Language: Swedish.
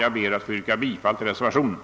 Jag yrkar bifall till reservationen.